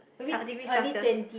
cel~ degree Celsius